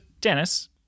Dennis